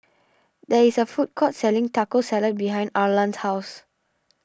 there is a food court selling Taco Salad behind Arlan's house